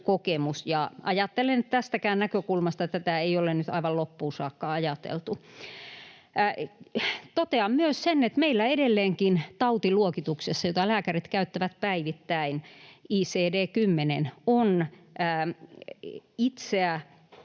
kokemus. Ajattelen, että tästäkään näkökulmasta tätä ei ole nyt aivan loppuun saakka ajateltu. Totean myös sen, että meillä edelleenkin tautiluokituksessa, jota lääkärit käyttävät päivittäin, ICD-10:ssä, on ”itseä